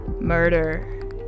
murder